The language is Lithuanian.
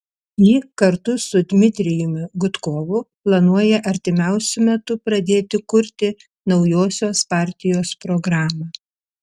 ji kartu su dmitrijumi gudkovu planuoja artimiausiu metu pradėti kurti naujosios partijos programą